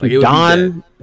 Don